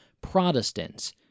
Protestants